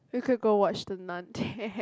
we could go watch the Nun